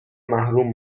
محروم